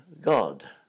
God